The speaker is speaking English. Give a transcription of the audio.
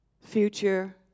future